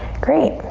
great.